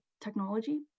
technology